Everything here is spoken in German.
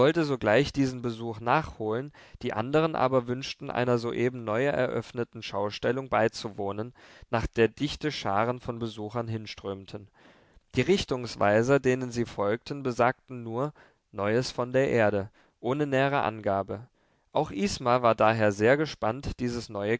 sogleich diesen besuch nachholen die andern aber wünschten einer soeben neu eröffneten schaustellung beizuwohnen nach der dichte scharen von besuchern hinströmten die richtungsweiser denen sie folgten besagten nur neues von der erde ohne nähere angabe auch isma war daher sehr gespannt dieses neue